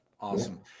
Awesome